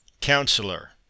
Counselor